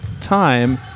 time